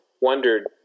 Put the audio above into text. wondered